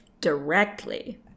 directly